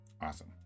Awesome